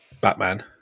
Batman